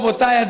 רבותיי,